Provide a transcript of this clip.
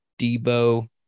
Debo